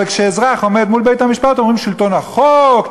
אבל כשאזרח עומד מול בית-המשפט אומרים: שלטון החוק.